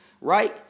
right